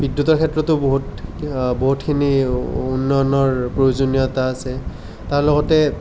বিদ্যুতৰ ক্ষেত্ৰতো বহুত বহুতখিনি উন্নয়নৰ প্ৰয়োজনীয়তা আছে তাৰ লগতে